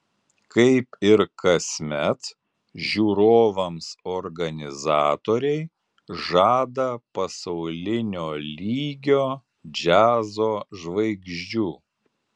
kaip ir kasmet žiūrovams organizatoriai žada pasaulinio lygio džiazo žvaigždžių